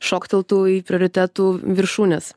šokteltų į prioritetų viršūnes